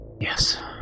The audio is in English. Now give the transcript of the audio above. Yes